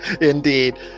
indeed